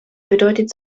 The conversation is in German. bedeutet